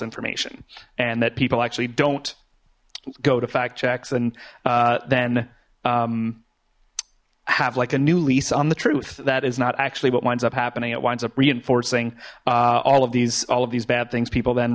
information and that people actually don't go to fact checks and then have like a new lease on the truth that is not actually what winds up happening it winds up reinforcing all of these all of these bad things people then